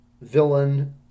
villain